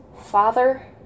Father